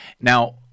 Now